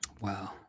Wow